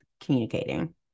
communicating